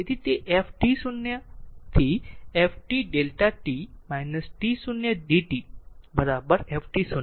તેથી તે f t0 to f t Δ t t0 d t f t0